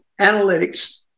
analytics